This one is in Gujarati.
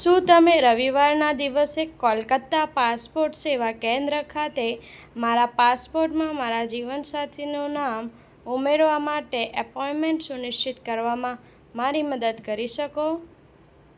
શું તમે રવિવારના દિવસે કોલકત્તા પાસપોટ સેવા કેન્દ્ર ખાતે મારા પાસપોટમાં મારા જીવનસાથીનું નામ ઉમેરવા માટે એપોઇન્ટમેન્ટ સુનિશ્ચિત કરવામાં મારી મદદ કરી શકો